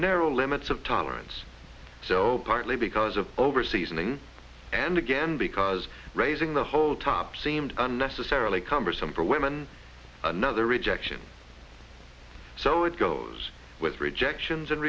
narrow limits of tolerance so partly because of over seasoning and again because raising the whole top seems unnecessarily cumbersome for women another rejection so it goes with rejections and